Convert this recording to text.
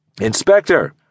Inspector